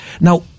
now